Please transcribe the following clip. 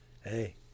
hey